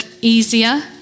easier